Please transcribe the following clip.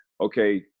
Okay